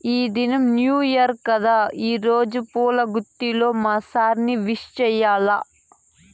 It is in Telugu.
ఈ దినం న్యూ ఇయర్ కదా రోజా పూల గుత్తితో మా సార్ ని విష్ చెయ్యాల్ల